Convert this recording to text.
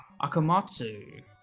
Akamatsu